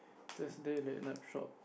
just later night shop